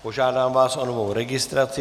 Požádám vás o novou registraci.